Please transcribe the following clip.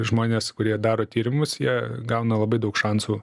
žmonės kurie daro tyrimus jie gauna labai daug šansų